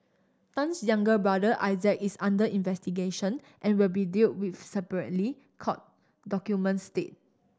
Tan's younger brother Isaac is under investigation and will be deal with separately court documents state